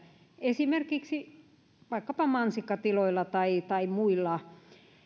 esimerkiksi vaikkapa mansikkatiloilla tai tai muilla